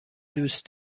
دوست